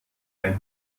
ein